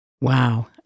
Wow